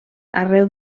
arreu